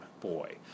boy